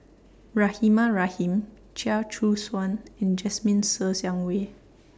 Rahimah Rahim Chia Choo Suan and Jasmine Ser Xiang Wei